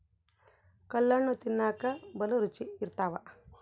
ಕಲ್ಲಣ್ಣು ತಿನ್ನಕ ಬಲೂ ರುಚಿ ಇರ್ತವ